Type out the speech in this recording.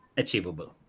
achievable